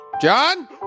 John